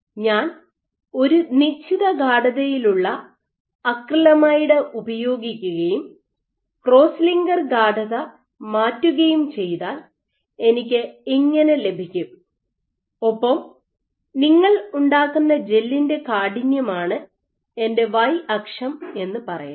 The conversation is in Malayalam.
ഞാൻ ഒരു നിശ്ചിത ഗാഡതയിലുള്ള അക്രിലമൈഡ് ഉപയോഗിക്കുകയും ക്രോസ് ലിങ്കർ ഗാഡത മാറ്റുകയും ചെയ്താൽ എനിക്ക് ഇങ്ങനെ ലഭിക്കും ഒപ്പം നിങ്ങൾ ഉണ്ടാക്കുന്ന ജെല്ലിന്റെ കാഠിന്യമാണ് എന്റെ വൈ അക്ഷം എന്ന് പറയട്ടെ